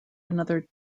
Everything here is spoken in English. another